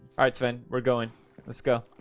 alright sven we're going let's go